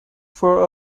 for